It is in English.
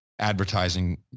advertising